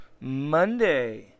Monday